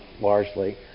largely